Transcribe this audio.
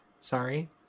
Sorry